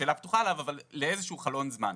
השאלה פתוחה עליו, אבל לאיזה שהוא חלון זמן.